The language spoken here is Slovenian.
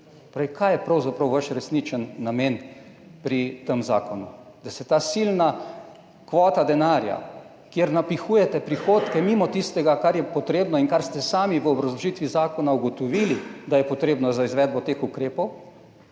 Kaj je torej pravzaprav vaš resničen namen pri tem zakonu? Da je ta silna kvota denarja, kjer napihujete prihodke mimo tistega, kar je potrebno in kar ste sami v obrazložitvi zakona ugotovili, da je potrebno za izvedbo teh ukrepov.